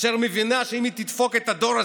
אשר מבינה שאם היא תדפוק את הדור הזה,